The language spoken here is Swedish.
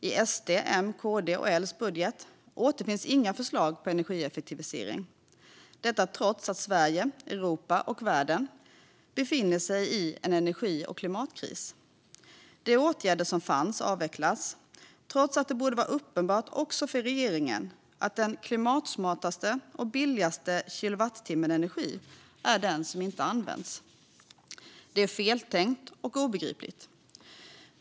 I budgeten från SD, M, KD och L återfinns inga förslag om energieffektivisering, detta trots att Sverige, Europa och världen befinner sig i en energi och klimatkris. De åtgärder som fanns avvecklas, trots att det borde vara uppenbart också för regeringen att den klimatsmartaste och billigaste kilowattimmen energi är den som inte används. Det är feltänkt och obegripligt.